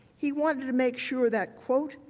he wanted to make sure that, quote,